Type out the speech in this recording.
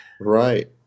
Right